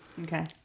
Okay